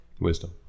Wisdom